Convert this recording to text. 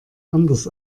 anders